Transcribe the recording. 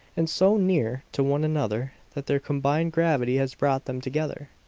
and so near to one another that their combined gravity has brought them together!